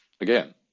again